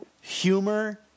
Humor